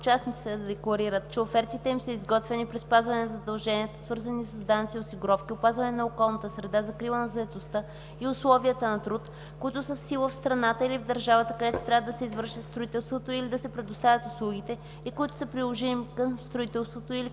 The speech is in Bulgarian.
участниците да декларират, че офертите им са изготвени при спазване на задълженията, свързани с данъци и осигуровки, опазване на околната среда, закрила на заетостта и условията на труд, които са в сила в страната или в държавата, където трябва да се извърши строителството или да се предоставят услугите, и които са приложими към строителството или към предоставяните